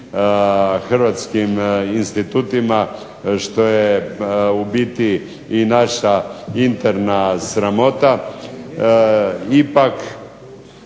hrvatskim institutima što je u biti i naša interna sramota.